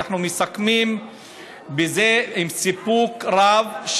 אנחנו מסכמים בסיפוק רב,